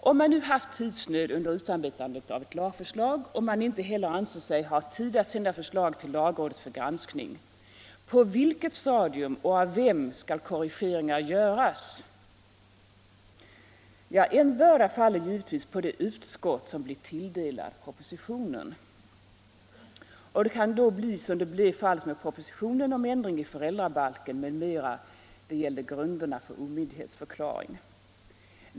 Om man nu haft tidsnöd under utarbetandet av ett lagförslag och man inte heller anser sig ha tid att sända förslaget till lagrådet för granskning, på vilket stadium och av vem skall korrigeringar göras? Ja, en börda faller givetvis på det utskott som blir tilldelat propositionen. Och det kan då bli som fallet blev med propositionen om ändring i föräldrabalken m.m., gällande grunderna för omyndighetsförklaring.